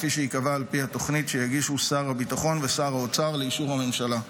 כפי שייקבע על פי התוכנית שיגישו שר הביטחון ושר האוצר לאישור הממשלה,